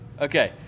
Okay